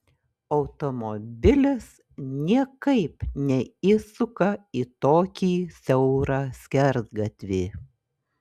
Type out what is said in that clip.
automobilis niekaip neįsuka į tokį siaurą skersgatvį